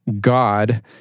God